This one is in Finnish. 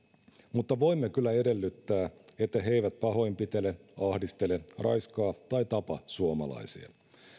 mutta voimme kyllä edellyttää että he he eivät pahoinpitele ahdistele raiskaa tai tapa suomalaisia